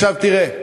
עכשיו, תראה,